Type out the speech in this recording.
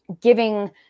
Giving